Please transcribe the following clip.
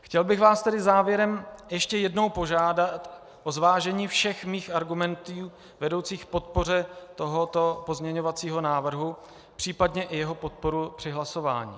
Chtěl bych vás tedy závěrem ještě jednou požádat o zvážení všech mých argumentů vedoucích k podpoře tohoto pozměňovacího návrhu, případně o jeho podporu při hlasování.